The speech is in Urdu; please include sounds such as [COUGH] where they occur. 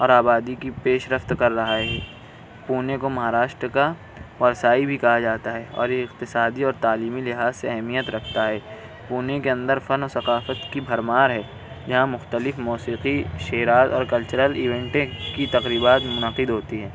اور آبادی کی پیشرفت کر رہا ہے پونے کو مہاراشٹر کا [UNINTELLIGIBLE] بھی کہا جاتا ہے اور یہ اقتصادی اور تعلیمی لحاظ سے اہمیت رکھتا ہے پونے کے اندر فن و ثقافت کی بھرمار ہے یہاں مختلف موسیقی شیراز اور کلچرل ایونٹیں کی تقریبات منعقد ہوتی ہیں